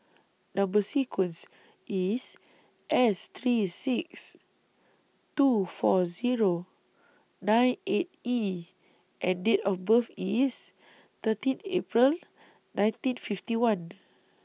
Number sequence IS S three six two four Zero nine eight E and Date of birth IS thirteen April nineteen fifty one